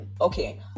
Okay